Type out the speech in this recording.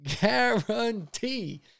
guarantee